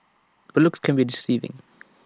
but looks can be deceiving